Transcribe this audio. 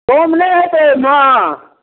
कम नहि हेतै एहिमे